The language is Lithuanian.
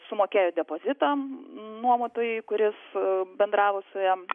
sumokėjo depozitą nuomotojui kuris bendravo su juo